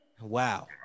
wow